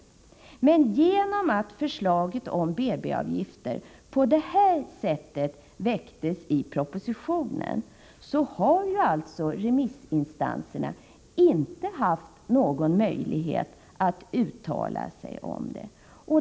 Men genom att förslaget om BB-avgifter på detta sätt väckts i propositio nen, har remissinstanserna inte haft någon möjlighet att uttala sig om det.